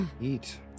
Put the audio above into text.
Eat